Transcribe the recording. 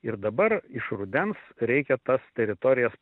ir dabar iš rudens reikia tas teritorijas